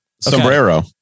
Sombrero